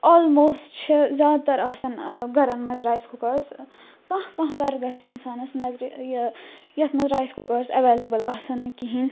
آلموسٹہٕ چھِ زیٛادٕ تر آسان ٲں گھرَن مَنٛز رایس کُکرٕس کانٛہہ کانٛہہ گھرٕ گَژھہِ انسانَس نَظرِ یہِ یتھ مَنٛز رایس کُکرٕس ایٚولیبٕل آسَن نہٕ کِہیٖنۍ